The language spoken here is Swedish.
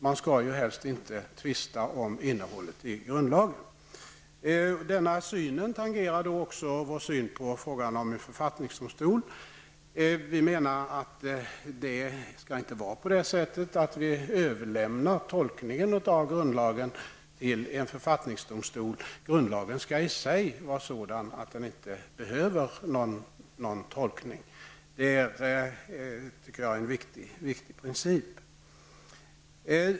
Man skall ju helst inte tvista om innehållet i grundlagen. Denna syn tangerar också vår syn på frågan om en författningsdomstol. Vi menar att man inte skall överlämna tolkningen av grundlagen till en författningsdomstol. Grundlagen skall i sig vara sådan att den inte behöver någon tolkning. Det tycker jag är en viktig princip.